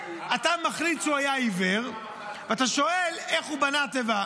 אתה מחליט שהוא היה עיוור ואתה שואל איך הוא בנה תיבה.